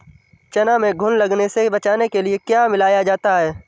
चना में घुन लगने से बचाने के लिए क्या मिलाया जाता है?